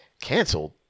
Canceled